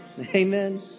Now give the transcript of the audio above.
Amen